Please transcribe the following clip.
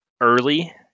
early